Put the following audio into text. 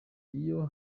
iyo